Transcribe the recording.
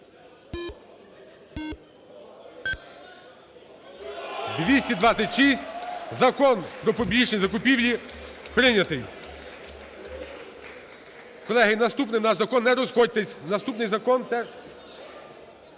За-226 Закон "Про публічні закупівлі" прийнятий. Колеги, наступний наш закон… Не розходьтесь! Наступний закон теж...